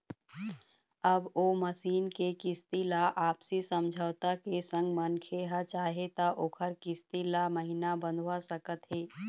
अब ओ मसीन के किस्ती ल आपसी समझौता के संग मनखे ह चाहे त ओखर किस्ती ल महिना बंधवा सकत हे